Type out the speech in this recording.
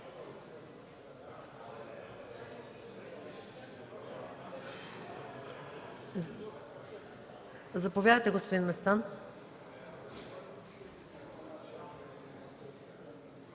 Заповядайте, господин Местан.